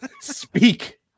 speak